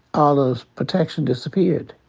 all those protections disappeared.